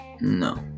No